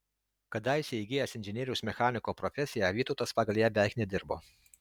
kadaise įgijęs inžinieriaus mechaniko profesiją vytautas pagal ją beveik nedirbo